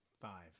Five